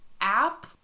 app